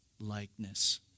likeness